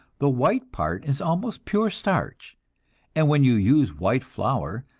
the white part is almost pure starch and when you use white flour,